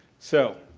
so,